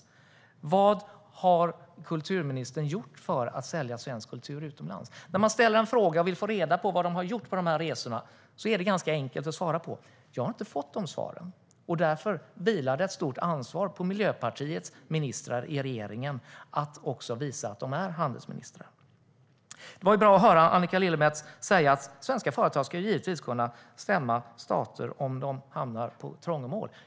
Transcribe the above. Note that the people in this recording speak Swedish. Och vad har kulturministern gjort för att sälja svensk kultur utomlands? När man ställer en fråga och vill få reda på vad de har gjort på de här resorna är det ganska enkelt att svara. Men jag har inte fått några svar. Därför vilar det ett stort ansvar på Miljöpartiets ministrar i regeringen att visa att de också är handelsministrar. Det var bra att höra Annika Lillemets säga att svenska företag givetvis ska kunna stämma stater om de hamnar i trångmål.